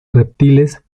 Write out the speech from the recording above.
reptiles